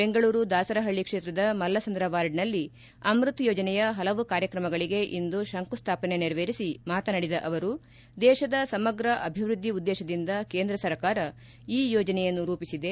ಬೆಂಗಳೂರು ದಾಸರಪಳ್ಳಿ ಕ್ಷೇತ್ರದ ಮಲ್ಲಸಂದ್ರ ವಾರ್ಡ್ನಲ್ಲಿ ಅಮೃತ್ ಯೋಜನೆಯ ಪಲವು ಕಾರ್ಯತ್ರಮಗಳಿಗೆ ಇಂದು ಶಂಕುಸ್ಥಾಪನೆ ನೆರವೇರಿಸಿ ಮಾತನಾಡಿದ ಅವರು ದೇಶದ ಸಮಗ್ರ ಅಭಿವೃದ್ಧಿ ಉದ್ದೇಶದಿಂದ ಕೇಂದ್ರ ಸರ್ಕಾರ ಈ ಯೋಜನೆಯನ್ನು ರೂಪಿಸಿದೆ